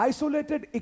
Isolated